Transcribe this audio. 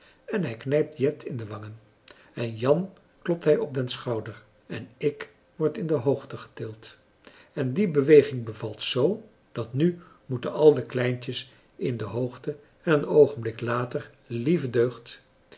en hij knijpt jet in de wangen en jan klopt hij op den schouder en ik word in de hoogte getild en die beweging bevalt zoo dat nu moeten al de kleintjes in de hoogte en een oogenblik later lieve deugd